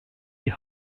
die